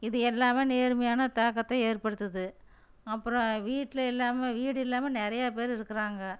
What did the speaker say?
இது எல்லாம் நேர்மையான தாக்கத்தை ஏற்படுத்துது அப்றம் வீட்டில் எல்லாம் வீடு இல்லாமல் நிறையா பேர் இருக்கிறாங்க